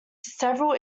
several